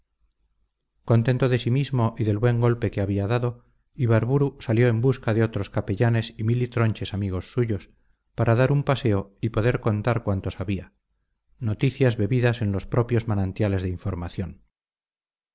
contento de sí mismo y del buen golpe que había dado ibarburu salió en busca de otros capellanes y militronches amigos suyos para dar un paseo y poder contar cuanto sabía noticias bebidas en los propios manantiales de información